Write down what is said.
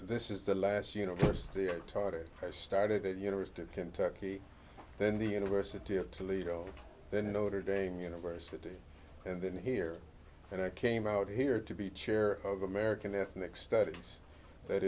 this is the last university i taught it i started university of kentucky then the university of toledo then notre dame university and then here and i came out here to be chair of american ethnic studies that